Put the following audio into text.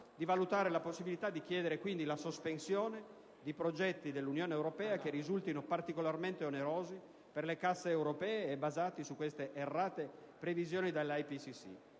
di valutare la possibilità di chiedere la sospensione di progetti dell'Unione europea che risultino particolarmente onerosi per le casse europee e basati su queste errate previsioni dell'IPCC.